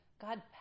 God